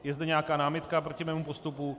Je zde nějaká námitka proti mému postupu?